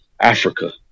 Africa